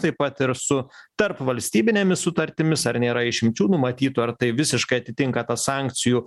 taip pat ir su tarpvalstybinėmis sutartimis ar nėra išimčių numatytų ar tai visiškai atitinka sankcijų